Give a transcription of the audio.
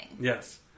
Yes